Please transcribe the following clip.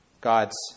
God's